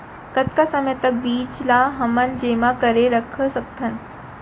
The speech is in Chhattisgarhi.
कतका समय तक बीज ला हमन जेमा करके रख सकथन?